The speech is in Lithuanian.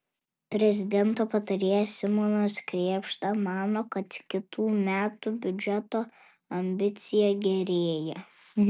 prezidento patarėjas simonas krėpšta mano kad kitų metų biudžeto ambicija gerėja